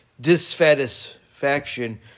dissatisfaction